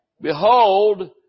Behold